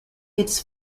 its